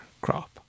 crop